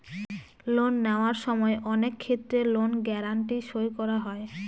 loan নেওয়ার সময় অনেক ক্ষেত্রে লোন গ্যারান্টি সই করা হয়